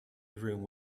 during